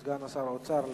סגן שר האוצר,